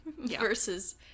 versus